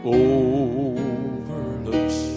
overlooks